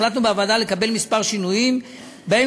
החלטנו בוועדה לקבל כמה שינויים,